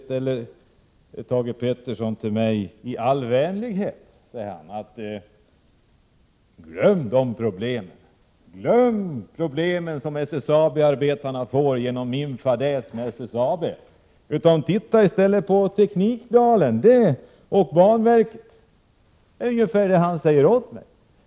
Thage G Peterson uppmanade mig — i all vänlighet, som han sade: Glöm de problem som SSAB-arbetarna får genom min fadäs när det gäller SSAB! Titta i stället på Teknikdalen och banverket!